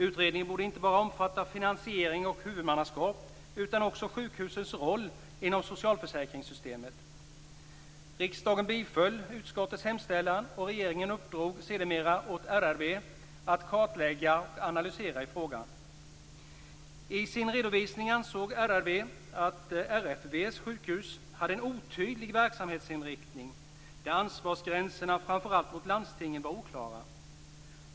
Utredningen borde inte bara omfatta finansieringen och huvudmannaskap utan också sjukhusens roll inom socialförsäkringssystemet. Riksdagen biföll utskottets hemställan och regeringen uppdrog sedermera åt RRV att kartlägga och analysera frågan. I sin redovisning ansåg RRV att RFV:s sjukhus hade en otydlig verksamhetsinriktning, där ansvarsgränserna framför allt mot landstingen var oklara.